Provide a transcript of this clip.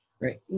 right